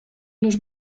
los